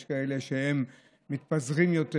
יש כאלה שמתפזרים יותר,